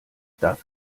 darf